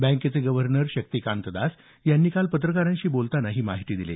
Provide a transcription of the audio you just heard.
बँकेचे गव्हर्नर शक्तिकांत दास यांनी काल पत्रकारांशी बोलतांना सांगितलं